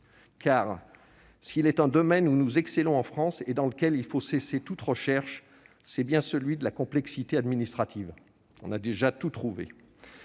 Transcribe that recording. Car s'il est un domaine où nous excellons en France et dans lequel il faut cesser toute recherche, c'est bien celui de la complexité administrative, domaine dans lequel